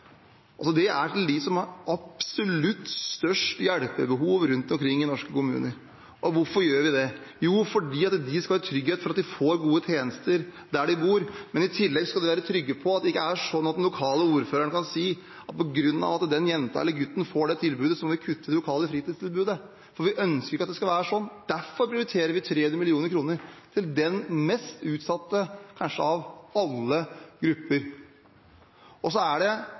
det er altså til dem som har absolutt størst hjelpebehov rundt omkring i norske kommuner. Og hvorfor gjør vi det? Jo, fordi de skal ha trygghet for at de får gode tjenester der de bor. Men i tillegg skal de være trygge på at det ikke er sånn at den lokale ordføreren kan si at på grunn av at den jenta eller gutten får det tilbudet, må vi kutte i det kommunale fritidstilbudet. Vi ønsker ikke at det skal være sånn. Derfor prioriterer vi 300 mill. kr til den kanskje mest utsatte av alle grupper. Det er